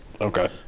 Okay